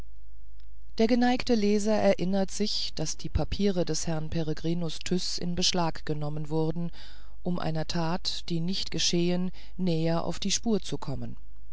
der geneigte leser erinnert sich daß die papiere des herrn peregrinus tyß in beschlag genommen wurden um einer tat die nicht geschehen näher auf die spur zu kommen